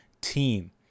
team